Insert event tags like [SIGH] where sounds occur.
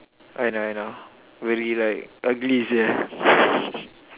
I know I know very right ugly sia [LAUGHS]